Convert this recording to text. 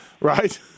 right